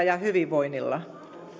ja hyvinvoinniila